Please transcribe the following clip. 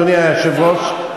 אדוני היושב-ראש,